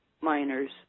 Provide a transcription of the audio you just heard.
miners